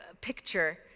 picture